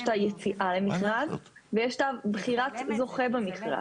יש את היציאה למכרז ויש את בחירת הזוכה במכרז.